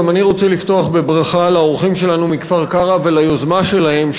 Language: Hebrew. גם אני רוצה לפתוח בברכה לאורחים שלנו מכפר-קרע וליוזמה שלהם,